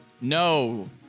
No